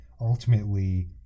ultimately